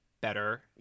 better